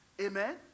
Amen